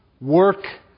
Work